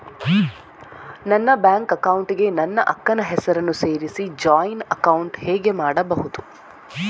ನನ್ನ bank account ಗೆ ನನ್ನ ಅಕ್ಕ ನ ಹೆಸರನ್ನ ಸೇರಿಸಿ ಜಾಯಿನ್ ಅಕೌಂಟ್ ಹೇಗೆ ಮಾಡುದು?